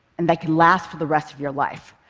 and that can last for the rest of your life.